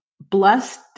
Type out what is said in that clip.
blessed